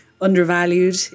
undervalued